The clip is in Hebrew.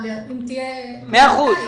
אם תהיה --- מאה אחוז,